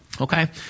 Okay